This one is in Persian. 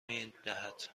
میدهد